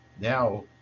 Now